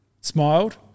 smiled